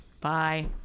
Bye